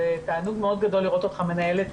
זה תענוג מאוד גדול לראות אותך מנהל את